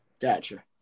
Gotcha